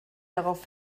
darauf